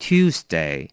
Tuesday